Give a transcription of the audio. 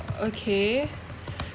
okay